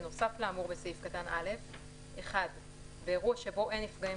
בנוסף לאמור בסעיף קטן (א)- באירוע שבו אין נפגעים